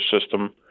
system